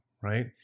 right